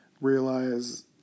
Realize